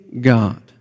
God